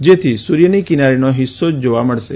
જેથી સૂર્યની કિનારીનો હિસ્સો જ જોવા મળશે